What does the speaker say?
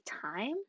time